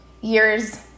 years